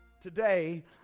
Today